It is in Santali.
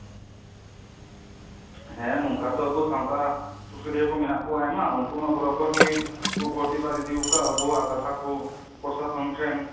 ᱦᱮᱸ ᱱᱚᱝᱠᱟ ᱛᱚ ᱟᱵᱚ ᱥᱟᱶᱛᱟ ᱥᱩᱥᱟᱹᱨᱤᱭᱟᱹ ᱠᱚ ᱢᱮᱱᱟᱜ ᱠᱚᱣᱟ ᱟᱭᱢᱟ ᱩᱱᱠᱩ ᱢᱟ ᱵᱚᱨᱟᱵᱚᱨᱜᱮ ᱠᱚ ᱯᱨᱚᱛᱤᱵᱟᱫ ᱤᱫᱤᱣᱟᱠᱟᱫᱼᱟ ᱟᱵᱚᱣᱟᱜ ᱠᱟᱛᱷᱟ ᱠᱚ ᱯᱨᱚᱥᱟᱥᱚᱱ ᱴᱷᱮᱱ